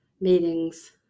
meetings